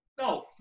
No